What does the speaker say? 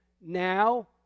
now